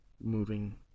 moving